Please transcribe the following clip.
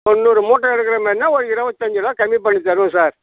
தொண்ணூறு மூட்டை எடுக்கிற மாரின்னா ஒரு இரபத்தஞ்சு ரூபா கம்மி பண்ணித் தருவோம் சார்